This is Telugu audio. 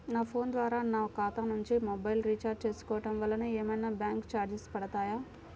నా ఫోన్ ద్వారా నా ఖాతా నుండి మొబైల్ రీఛార్జ్ చేసుకోవటం వలన ఏమైనా బ్యాంకు చార్జెస్ పడతాయా?